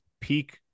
peak